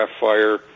fire